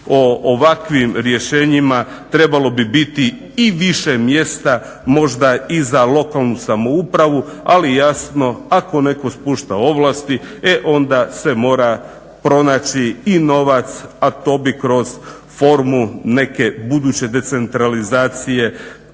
o ovakvim rješenjima trebalo bi biti i više mjesta možda i za lokalnu samoupravu, ali jasno ako neko spušta ovlasti e onda se mora pronaći i novac a to bi kroz formu neke buduće decentralizacije,